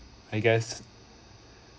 I guess